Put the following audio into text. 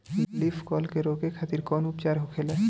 Leaf curl के रोके खातिर कउन उपचार होखेला?